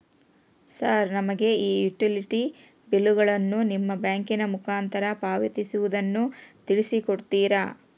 Sir ನಮಗೆ ಈ utility ಬಿಲ್ಲುಗಳನ್ನು ನಿಮ್ಮ ಬ್ಯಾಂಕಿನ ಮುಖಾಂತರ ಪಾವತಿಸುವುದನ್ನು ತಿಳಿಸಿ ಕೊಡ್ತೇರಾ?